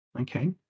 Okay